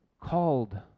called